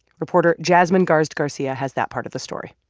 reporter jasmine garsd garcia has that part of the story